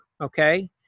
okay